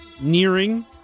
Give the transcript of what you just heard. nearing